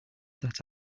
that